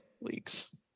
leagues